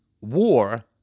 war